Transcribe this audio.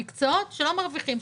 מקצועות שלא מרוויחים,